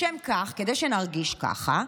לשם כך, כדי שנרגיש ככה,